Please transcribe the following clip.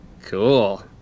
Cool